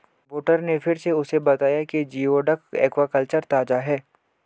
waiter ने फिर उसे बताया कि जिओडक एक्वाकल्चर ताजा है